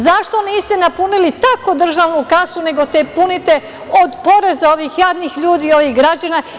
Zašto niste napunili tako državnu kasu, nego je punite od poreza ovih jadnih ljudi, ovih građana?